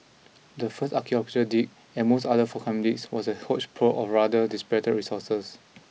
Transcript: the first archaeological dig and most other forthcoming digs was a hodge pro of rather diss better resources